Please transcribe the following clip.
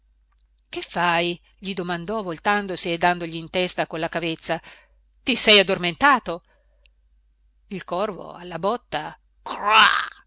che fai gli domandò voltandosi e dandogli in testa con la cavezza ti sei addormentato il corvo alla botta